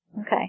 okay